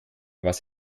was